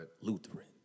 Lutheran